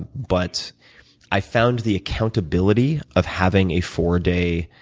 but i found the accountability of having a four day,